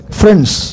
friends